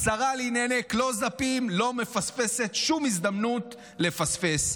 השרה לענייני קלוז-אפים לא מפספסת שום הזדמנות לפספס.